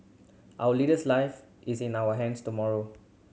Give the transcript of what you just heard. our leader's life is in our hands tomorrow